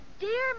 Dear